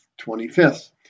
25th